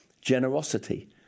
Generosity